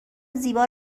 زیبا